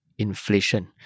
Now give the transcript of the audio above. inflation